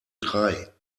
drei